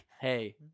hey